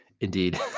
Indeed